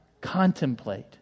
contemplate